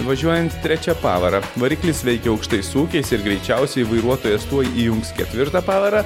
važiuojant trečia pavara variklis veikia aukštais sūkiais ir greičiausiai vairuotojas tuoj įjungs ketvirtą pavarą